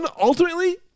ultimately